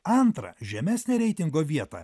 antrą žemesnę reitingo vietą